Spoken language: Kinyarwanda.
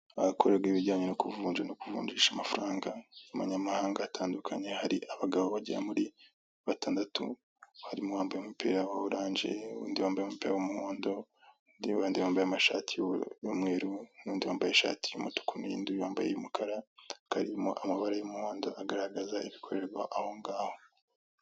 Bakoraga ibijyanye no kuvunja no kuvunjisha amafaranga y'amanyamahanga atandukanye hari abagabo bagera muri batandatu harimo uwambaye umupira wa oranje, undi wambaye umupira w'umuhondo, abandi bambaye amashati y'umweru, nundi wambaye ishati y'umutuku nundi wambaye iy'umukara, hakaba harimo amabara y'umuhondo agaragaza ibikorerwa aho ngaho.